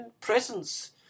presence